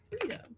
freedom